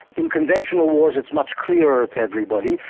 in conventional wars it's much clearer to everybody,